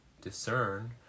discern